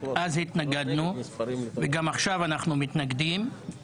התנגדנו אז ואנחנו מתנגדים גם עכשיו.